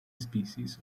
species